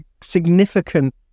significant